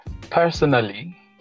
personally